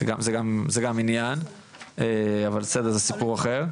זה גם עניין, אבל בסדר, זה סיפור אחר.